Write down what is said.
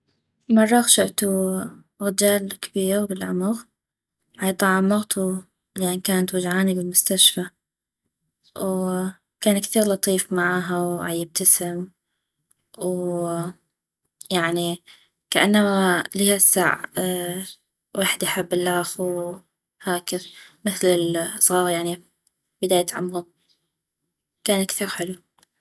مرة غشعتو غجال كبير بالعمغ عيطعم مغتو لان كانت وجعانة بالمستشفى وكان كتيف لطيف معاها وعيبتسم ويعني كأنما لي هسع ويحد يحب الخ وهكذا مثل الزغاغ يعني بداية عمغم كان كثيغ حلو